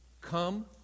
come